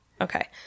Okay